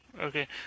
Okay